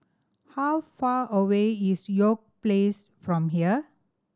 how far away is York Place from here